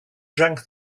drank